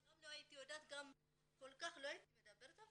גם לא הייתי יודעת וגם לא דיברתי כל כך,